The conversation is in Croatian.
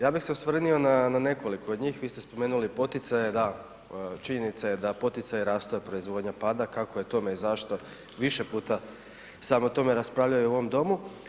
Ja bih se osvrnuo na nekoliko od njih, vi ste spomenuli poticaje, da činjenica je da poticaju rastu a proizvodnja pada, kako je tome i zašto više puta sam o tome raspravljao i u ovom Domu.